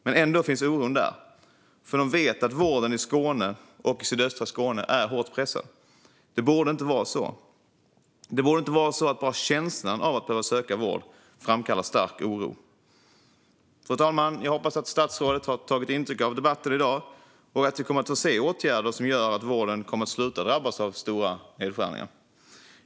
Men ändå finns oron där, för de vet att vården i Skåne och i sydöstra Skåne är hårt pressad. Det borde inte vara så. Det borde inte vara så att bara känslan av att behöva söka vård framkallar stark oro. Fru talman! Jag hoppas att statsrådet har tagit intryck av debatten i dag och att vi kommer att få se åtgärder som gör att vården kommer att sluta drabbas av stora nedskärningar.